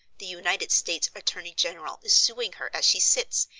the united states attorney-general is suing her as she sits,